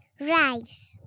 rice